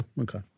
Okay